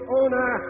owner